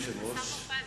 היושב-ראש,